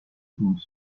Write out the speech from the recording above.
bandes